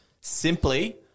simply